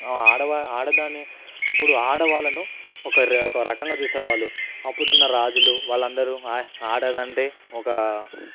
ఆడవా ఆడదాన్ని అప్పుడు ఆడవాళ్ళను ఒక రకం ఒక రకంగా చూసే వాళ్ళు అప్పుడున్న రాజులు వాళ్ళందరూ ఆహ్ ఆడ ఆడదంటే ఒక